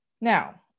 Now